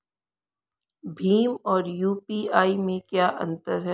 भीम और यू.पी.आई में क्या अंतर है?